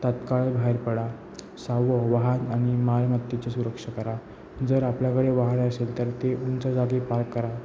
तात्काळ बाहेर पडा सहावं वाहन आणि मालमत्तेची सुरक्षा करा जर आपल्याकडे वाहन असेल तर ते उंच जागी पार्क करा